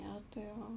ya 对 hor